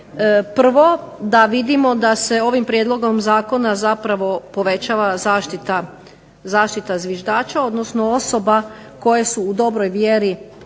prvo da vidimo da se ovim prijedlogom zakona povećava zaštita zviždača odnosno osoba koje su u dobroj vjeri